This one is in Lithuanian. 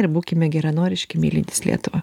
ir būkime geranoriški mylintys lietuvą